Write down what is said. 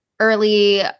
early